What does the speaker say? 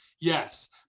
Yes